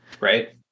Right